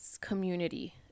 community